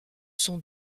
sont